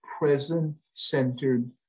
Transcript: present-centered